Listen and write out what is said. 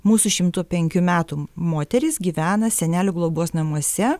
mūsų šimto penkių metų moteris gyvena senelių globos namuose